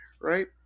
right